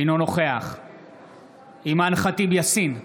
אינו נוכח אימאן ח'טיב יאסין,